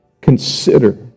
consider